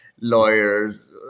lawyers